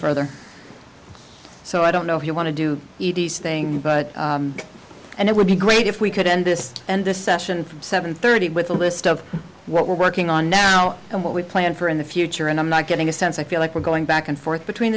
further so i don't know if you want to do e t s thing but it would be great if we could end this and this session from seven thirty with a list of what we're working on now and what we plan for in the future and i'm not getting a sense i feel like we're going back and forth between